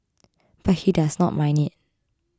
but he does not mind it